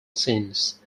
scenes